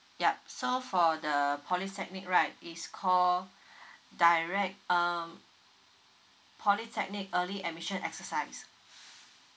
yup so for the polytechnic right is called direct um polytechnic early admission exercise